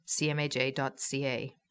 cmaj.ca